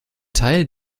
teil